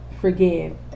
forgive